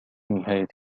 نهاية